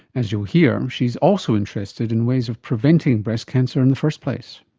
as you'll hear, she is also interested in ways of preventing breast cancer in the first place.